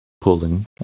pulling